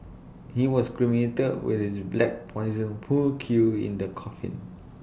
he was cremated with his black Poison pool cue in the coffin